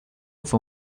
fue